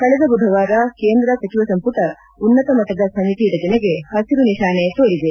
ಕಳೆದ ಬುಧವಾರ ಕೇಂದ್ರ ಸಚಿವ ಸಂಪುಟ ಉನ್ನತಮಟ್ಟದ ಸಮಿತಿ ರಚನೆಗೆ ಹಸಿರು ನಿಶಾನೆ ತೋರಿದೆ